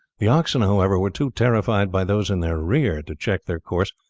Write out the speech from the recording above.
the oxen, however, were too terrified by those in their rear to check their course,